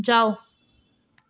जाओ